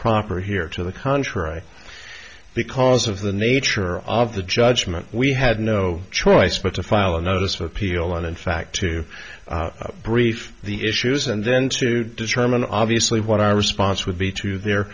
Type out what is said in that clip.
proper here to the contrary because of the nature of the judgment we had no choice but to file a notice of appeal on in fact to brief the issues and then to determine obviously what our response would be to their